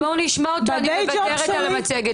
אז בואו נשמע אותה, אני מוותרת על המצגת.